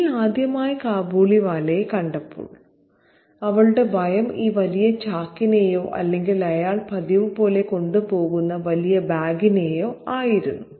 mini ആദ്യമായി കാബൂളിവാലയെ കണ്ടപ്പോൾ അവളുടെ ഭയം ഈ വലിയ ചാക്കിനെയോ അല്ലെങ്കിൽ അയാൾ പതിവുപോലെ കൊണ്ടുപോകുന്ന വലിയ ബാഗിനെയോ ആയിരുന്നു